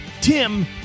Tim